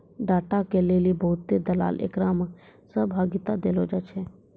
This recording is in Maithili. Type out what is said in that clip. डेटा के लेली बहुते दलाल एकरा मे सहभागिता देलो जाय छै